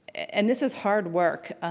and this is hard work,